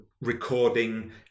recording